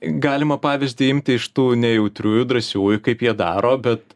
galima pavyzdį imti iš tų nejautriųjų drąsiųjų kaip jie daro bet